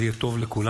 זה יהיה טוב לכולנו.